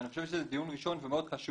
ואני חושב שזה דיון ראשון ומאוד חשוב,